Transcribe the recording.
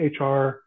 HR